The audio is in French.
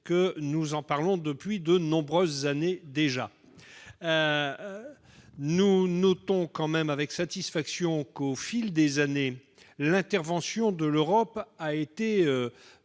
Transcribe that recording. dire, nous parlons depuis de nombreuses années déjà. Nous notons quand même avec satisfaction que, au fil des années, l'intervention de l'Europe a été